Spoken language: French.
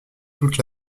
toute